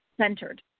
centered